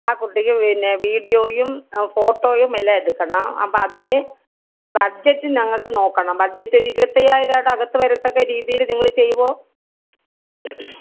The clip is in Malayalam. ആ കുട്ടിക്ക് പിന്നെ വീഡിയോയും ഫോട്ടോയും എല്ലാം എടുക്കണം അപ്പം അതിന് ബഡ്ജറ്റ് ഞങ്ങൾക്ക് നോക്കണം ബഡ്ജറ്റ് ഒരു ഇരുപത്തയ്യായിരം രൂപയുടെ അകത്ത് വരത്തക്ക രീതിയിൽ നിങ്ങൾ ചെയ്യുമോ